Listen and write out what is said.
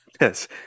Yes